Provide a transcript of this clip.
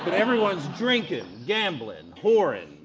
everyone's drinking, gambling, whoring,